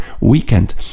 weekend